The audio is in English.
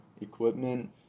equipment